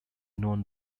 known